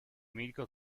medico